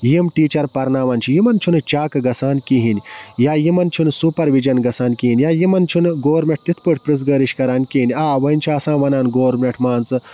یِم ٹیٖچَر پرناوان چھِ یِمَن چھُنہٕ چیٚک گژھان کِہیٖنۍ یا یِمَن چھُنہٕ سوٗپَروِجَن گژھان کِہیٖنۍ یا یِمَن چھُنہٕ گورمٮ۪نٛٹ تِتھ پٲٹھۍ پرٛژھ گٲرِش کران کِہیٖنۍ آ وۄنۍ چھِ آسان وَنان گورمٮ۪نٛٹ مان ژٕ